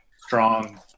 strong